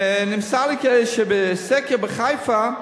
נמסר לי שבסקר שנעשה בחיפה,